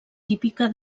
típica